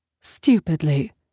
Stupidly